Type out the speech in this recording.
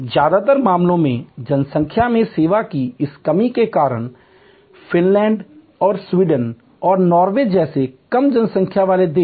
ज्यादातर मामलों में जनसंख्या में सेवा की इस कमी के कारण फिनलैंड और स्वीडन और नॉर्वे जैसे कम जनसंख्या वाले देश